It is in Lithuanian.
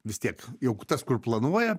vis tiek jau tas kur planuoja